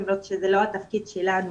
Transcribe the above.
למרות שזה לא התפקיד שלנו.